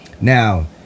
Now